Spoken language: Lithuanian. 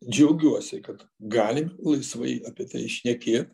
džiaugiuosi kad galim laisvai apie tai šnekėt